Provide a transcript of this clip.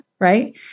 Right